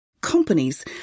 companies